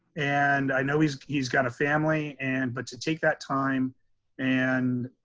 and i know he's he's got a family, and but to take that time and